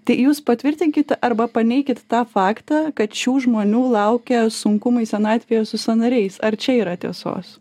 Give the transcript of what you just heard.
tai jūs patvirtinkit arba paneikit tą faktą kad šių žmonių laukia sunkumai senatvėje su sąnariais ar čia yra tiesos